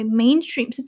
mainstream